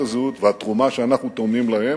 הזהות והתרומה שאנחנו תורמים להם,